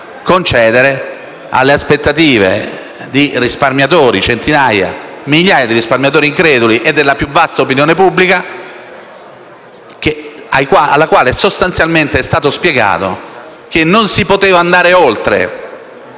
concedere alle aspettative di centinaia e migliaia di risparmiatori increduli e della più vasta opinione pubblica, a cui sostanzialmente è stato spiegato che non si poteva andare oltre